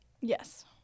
yes